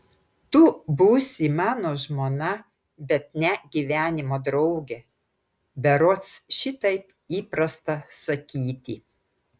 tu būsi mano žmona bet ne gyvenimo draugė berods šitaip įprasta sakyti